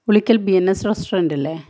Pulikkal B N S റസ്റ്റോറന്റല്ലേ